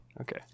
Okay